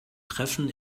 treffen